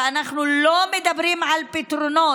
ואנחנו לא מדברים על פתרונות.